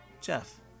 Jeff